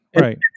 Right